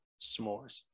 S'mores